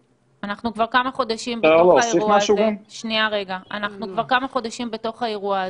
אנחנו כבר כמה חודשים בתוך האירוע הזה.